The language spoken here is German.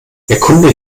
erkunde